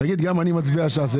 תגיד "גם אני מצביע ש"ס".